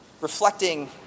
reflecting